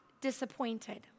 disappointed